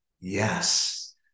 Yes